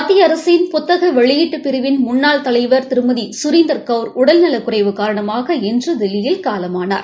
மத்திய அரசின் புத்தக வெளியீட்டு பிரிவின் முன்னாள் தலைவர் திருமதி கரீந்தர் கெளர் உடல் நலக்குறைவு காரணமாக இன்று தில்லியில் காலமானார்